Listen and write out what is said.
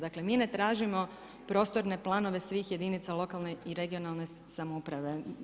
Dakle mi ne tražimo prostorne planove svih jedinica lokalne i regionalne samouprave.